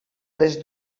les